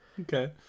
Okay